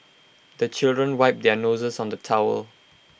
the children wipe their noses on the towel